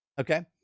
Okay